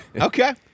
Okay